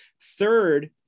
Third